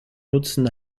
nutzen